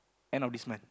end of this month